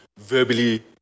Verbally